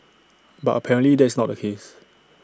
but apparently that is not the case